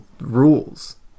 rules